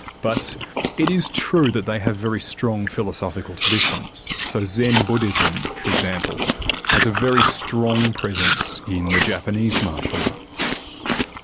but it is true that they have very strong philosophical traditions, so zen buddhism for example has a very strong presence in the japanese martial arts.